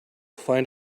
find